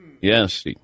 Yes